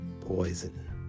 poison